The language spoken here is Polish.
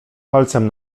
palcem